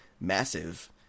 massive